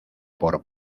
por